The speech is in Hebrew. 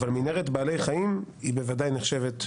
אבל מנהרת בעלי חיים היא בוודאי נחשבת.